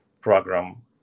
program